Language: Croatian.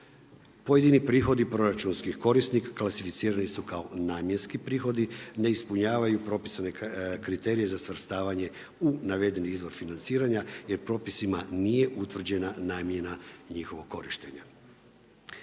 Pojedini prihodi proračunskih korisnika, klasificirani su kao namjenski prihodi, ne ispunjavaju propisane kriterije za svrstavanje u navedeni izvor financiranja jer propisima nije utvrđena namjena njihovog korištenja.